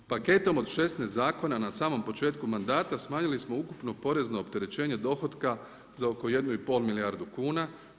Paketom od 16 zakona na samom početku mandata smanjili smo ukupno porezno opterećenje dohotka za oko 1,5 milijardu kuna.